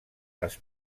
les